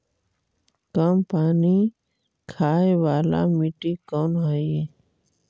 कम पानी खाय वाला मिट्टी कौन हइ?